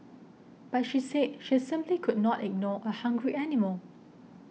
but she say she simply could not ignore a hungry animal